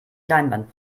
leinwand